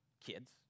kids